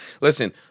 listen